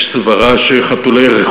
את אלה.